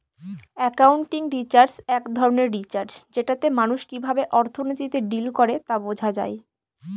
accounting research এক ধরনের research যেটাতে মানুষ কিভাবে অর্থনীতিতে ডিল করে তা বোঝা যায়